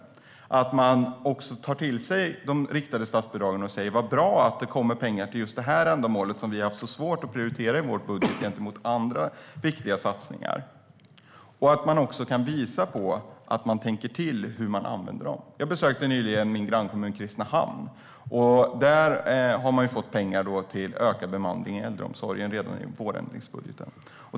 Man tar också till sig de riktade statsbidragen och säger: Vad bra att det kommer pengar till just det ändamålet, som vi har haft svårt att prioritera i vår budget gentemot andra viktiga satsningar. Då kan man också visa att man tänker till i fråga om hur man använder dem. Jag besökte nyligen min grannkommun, Kristinehamn. Där fick man pengar till ökad bemanning i äldreomsorgen redan i vårändringsbudgeten.